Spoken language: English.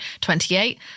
28